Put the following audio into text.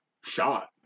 shot